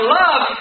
love